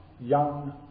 young